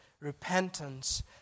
repentance